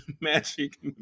magic